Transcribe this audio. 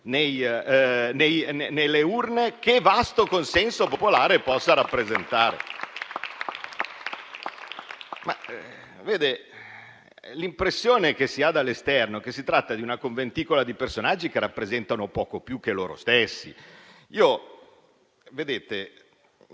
nelle urne, quale vasto consenso popolare possa rappresentare. L'impressione che si ha dall'esterno è che si tratti di una conventicola di personaggi che rappresentano poco più che loro stessi. L'unica